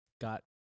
got